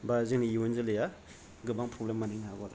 बा जोंनि इयुन जोलैया गोबां प्रब्लेम मोनहैनो हागौ आरो